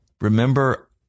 Remember